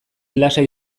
lasai